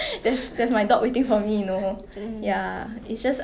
but then I feel like it might be very contradictory to my first one